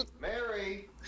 Mary